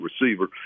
receiver